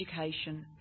education